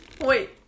Wait